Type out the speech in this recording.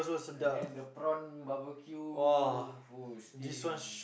and then the prawn barbecue !whoo! steam